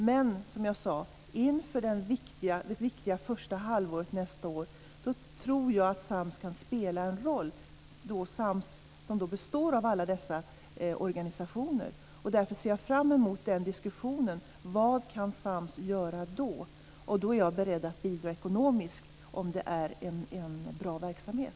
Men, som jag sade, inför det viktiga första halvåret nästa år tror jag att Sams kan spela en roll. Sams består ju av alla dessa organisationer. Därför ser jag fram emot diskussionen om vad Sams kan göra då. Och jag är beredd att bidra ekonomiskt om det är en bra verksamhet.